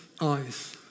eyes